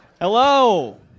Hello